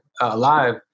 alive